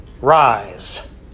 rise